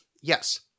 Yes